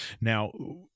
Now